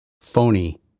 phony